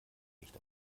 nicht